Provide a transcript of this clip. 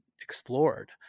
explored